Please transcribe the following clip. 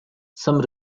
some